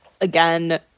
again